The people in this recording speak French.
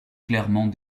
clairement